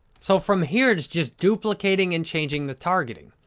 so, from here it's just duplicating and changing the targeting.